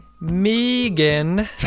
Megan